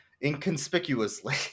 inconspicuously